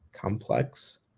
complex